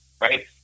Right